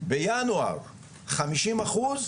בינואר חמישים אחוז.